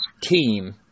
team